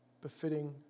befitting